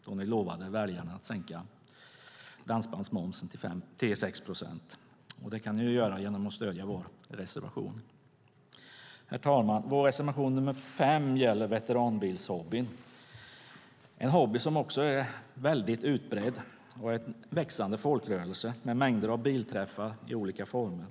Då lovade ni väljarna att sänka dansbandsmomsen till 6 procent. Det kan ni göra genom att stödja vår reservation. Herr talman! Vår reservation nr 5 gäller veteranbilshobbyn. Det är en hobby som är utbredd. Den är en växande folkrörelse med mängder av bilträffar i olika former.